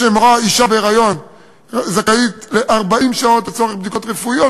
מורה בהיריון זכאית ל-40 שעות לצורך בדיקות רפואיות.